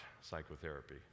psychotherapy